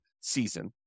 season